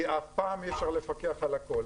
כי אף פעם אי אפשר לפקח על הכל,